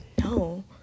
no